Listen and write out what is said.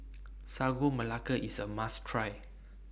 Sagu Melaka IS A must Try